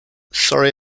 sorry